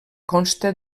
consta